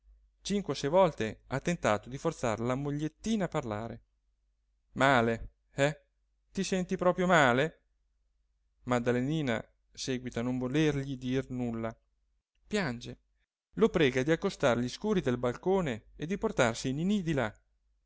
cinque o sei volte ha tentato di forzar la mogliettina a parlare male eh ti senti proprio male maddalenina seguita a non volergli dir nulla piange lo prega di accostar gli scuri del balcone e di portarsi ninì di là